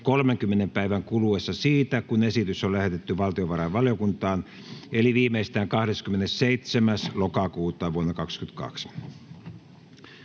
30 päivän kuluessa siitä, kun esitys on lähetetty valtiovarainvaliokuntaan eli viimeistään 27.10.2022.